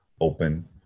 open